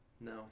No